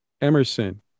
Emerson